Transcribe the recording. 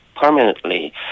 permanently